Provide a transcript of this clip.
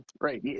right